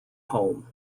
home